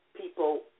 people